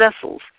vessels